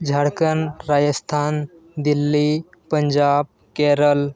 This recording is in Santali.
ᱡᱷᱟᱲᱠᱷᱚᱸᱰ ᱨᱟᱡᱚᱥᱛᱷᱟᱱ ᱫᱤᱞᱞᱤ ᱯᱟᱧᱡᱟᱵᱽ ᱠᱮᱨᱚᱞ